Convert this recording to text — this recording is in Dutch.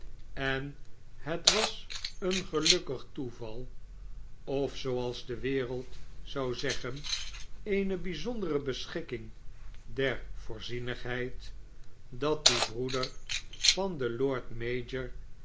en het was een gelukkig toeval of zooals de wereld zou zeggen eene bijzondere beschikking der voorzietrigheid dat die broeder van den lord mayor